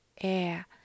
air